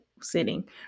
sitting